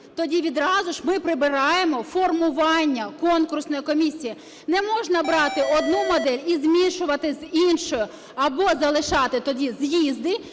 тоді відразу ж ми прибираємо формування конкурсної комісії. Не можна брати одну модель і змішувати з іншою. Або залишати тоді з'їзди